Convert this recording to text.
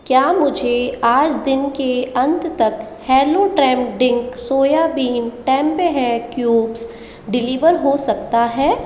क्या मुझे आज दिन के अंत तक हेलो टेम्ड्रिंक सोयाबीन टेम्पेह क्यूब्स डिलीवर हो सकता है